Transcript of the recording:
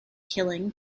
killing